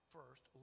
first